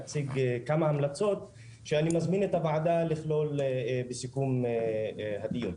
אני אציג כמה המלצות שאני מזמין את הוועדה לכלול בסיכום הדיון.